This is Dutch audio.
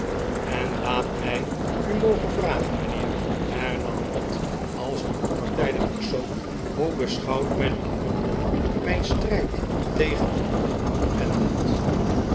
en laat mij u mogen vragen mijnheer hernam pott als een onpartijdig persoon hoe besehouwt men in londen mijn strijd tegen den independent